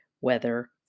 weather